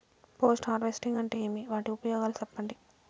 Post harvesting అంటే ఏమి? వాటి ఉపయోగాలు చెప్పండి?